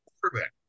quarterback